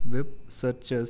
web searches